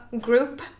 group